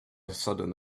sudden